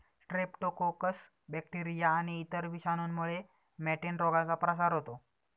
Streptococcus bacteria आणि इतर विषाणूंमुळे मॅटिन रोगाचा प्रसार होतो